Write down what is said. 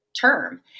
term